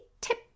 tip